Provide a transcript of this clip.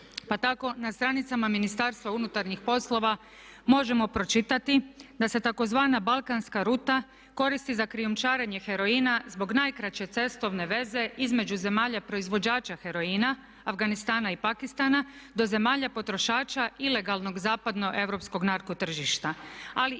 Pa tako na stranicama Ministarstva unutarnjih poslova možemo pročitati da se tzv. balkanska ruta koristi za krijumčarenje heroina zbog najkraće cestovne veze između zemalja proizvođača heroina, Afganistana i Pakistana, do zemalja potrošača ilegalnog zapadnoeuropskog narko tržišta.